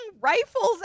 rifles